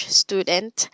student